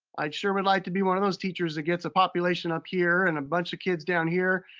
i sure would like to be one of those teachers that gets a population up here, and bunch of kids down here,